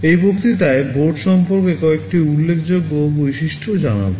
এই বক্তৃতায় বোর্ড সম্পর্কে কয়েকটি উল্লেখযোগ্য বৈশিষ্ট্য জানাব